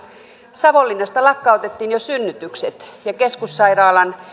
savonlinnasta lakkautettiin jo synnytykset ja keskussairaalan